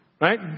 Right